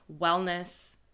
wellness